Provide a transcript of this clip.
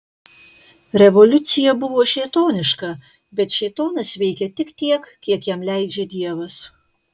revoliucija buvo šėtoniška bet šėtonas veikia tik tiek kiek jam leidžia dievas